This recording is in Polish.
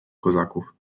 kozaków